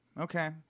okay